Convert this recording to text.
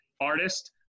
artist